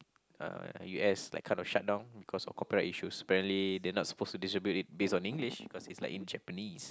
uh u_s like kind of shut down because of copyright issues apparently they not supposed to distribute it based on English cause it's like in Japanese